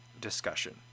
discussion